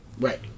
right